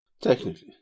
Technically